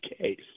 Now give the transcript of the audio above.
case